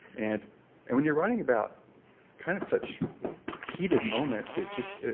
and and when you're writing about kind of such heated moments, it just,